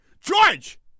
George